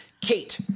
kate